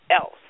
else